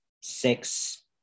six